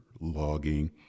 logging